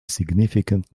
significant